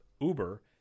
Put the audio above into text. Uber